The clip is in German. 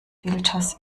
filters